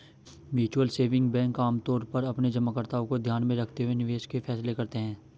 mutual saving bank आमतौर पर अपने जमाकर्ताओं को ध्यान में रखते हुए निवेश के फैसले करते हैं